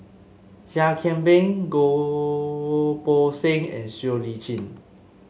Seah Kian Peng Goh Poh Seng and Siow Lee Chin